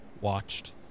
watched